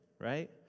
right